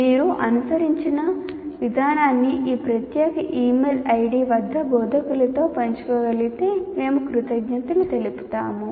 మీరు అనుసరించిన విధానాన్ని ఈ ప్రత్యేక ఇమెయిల్ ID వద్ద బోధకులతో పంచుకోగలిగితే మేము కృతజ్ఞతలు తెలుపుతాము